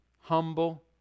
humble